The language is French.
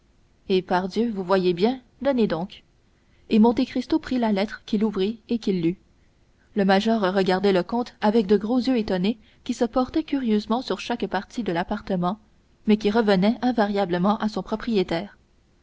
eh pardieu vous voyez bien donnez donc et monte cristo prit la lettre qu'il ouvrit et qu'il lut le major regardait le comte avec de gros yeux étonnés qui se portaient curieusement sur chaque partie de l'appartement mais qui revenaient invariablement à son propriétaire